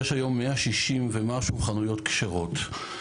יש היום 160 ומשהו חנויות כשרות.